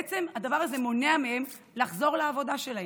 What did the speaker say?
בעצם, הדבר הזה מונע מהם לחזור לעבודתם.